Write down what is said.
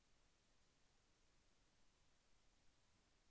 నారు కుళ్ళు వ్యాధితో నాటిన మొక్కలు చనిపోవడం అరికట్టడానికి ఏమి చేయాలి?